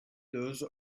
those